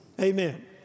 Amen